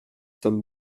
sommes